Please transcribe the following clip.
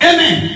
Amen